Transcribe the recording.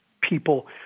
people